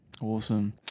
Awesome